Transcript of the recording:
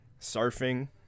surfing